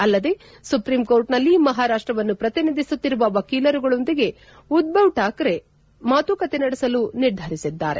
ಅಲ್ಲದೇ ಸುಪ್ರೀಂಕೋರ್ಟ್ನಲ್ಲಿ ಮಹಾರಾಷ್ಟವನ್ನು ಪ್ರತಿನಿಧಿಸುತ್ತಿರುವ ವಕೀಲರುಗಳೊಂದಿಗೆ ಉದ್ದವ್ ಶಾಕ್ರೆ ಅವರು ಮಾತುಕತೆ ನಡೆಸಲು ನಿರ್ಧರಿಸಿದ್ದಾರೆ